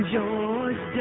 George